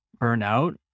burnout